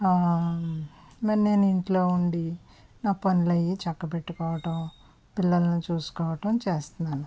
మరి నేను ఇంట్లో ఉండి నా పనులు అయ్యి చక్క పెట్టుకోవడం పిల్లల్ని చూసుకోవడం చేస్తునాను